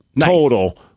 total